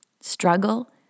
Struggle